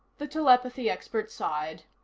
the telepathy expert sighed.